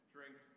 Drink